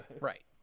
Right